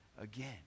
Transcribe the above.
again